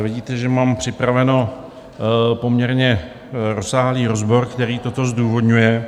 Vidíte, že mám připravený poměrně rozsáhlý rozbor, který toto zdůvodňuje.